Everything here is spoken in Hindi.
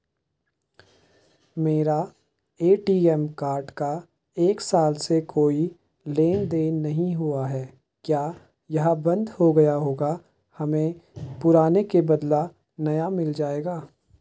मेरा ए.टी.एम कार्ड का एक साल से कोई लेन देन नहीं हुआ है क्या यह बन्द हो गया होगा हमें पुराने के बदलें नया मिल जाएगा?